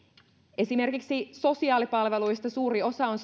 esimerkiksi sosiaalipalveluista suuri osa on